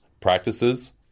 practices